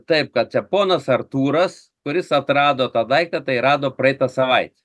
taip kad čia ponas artūras kuris atrado tą daiktą tai rado praeitą savaitę